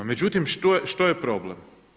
Međutim, što je problem?